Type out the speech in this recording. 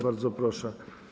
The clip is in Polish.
Bardzo proszę.